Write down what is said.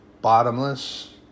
bottomless